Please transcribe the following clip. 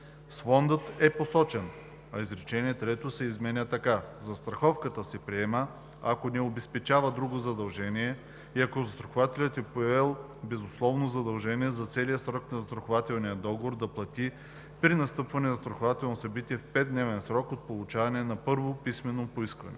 „фондът е посочен“, а изречение трето се изменя така: „Застраховката се приема, ако не обезпечава друго задължение и ако застрахователят е поел безусловно задължение за целия срок на застрахователния договор да плати при настъпване на застрахователното събитие в 5-дневен срок от получаване на първо писмено поискване.“